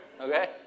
Okay